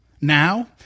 Now